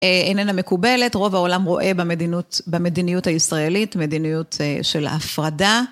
איננה מקובלת. רוב העולם רואה במדינות, במדיניות הישראלית מדיניות של הפרדה.